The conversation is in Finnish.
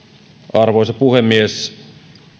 arvoisa puhemies